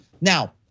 Now